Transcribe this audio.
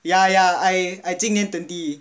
ya ya I I 今年 twenty